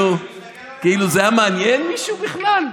זה היה מעניין מישהו בכלל?